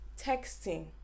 texting